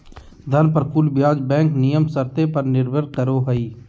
धन पर कुल ब्याज बैंक नियम शर्त पर निर्भर करो हइ